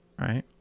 Right